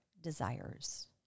desires